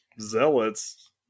zealots